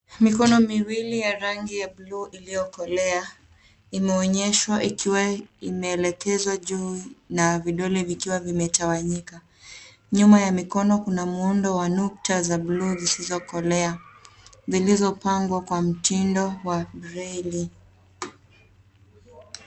Mikono miwili ya rangi ya buluu iliyokolea imeonyeshwa ikiwa imeelekezwa juu na vidole vikiwa vimetawanyika. Nyuma ya mikono kuna muundo wa nukta za buluu zisizokolea zilizopangwa kwa mtindo wa braille .